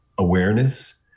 awareness